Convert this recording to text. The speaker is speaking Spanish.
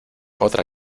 otra